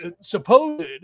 supposed